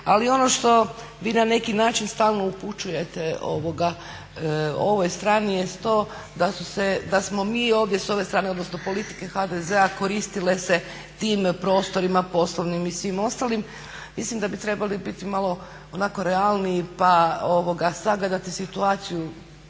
ali ono što vi na neki način stalno upućujete ovoj strani jest to da smo mi ovdje s ove strane, odnosno politike HDZ-a koristile se tim prostorima poslovnim i svim ostalim. Mislim da bi trebali biti malo onako realniji pa sagledati situaciju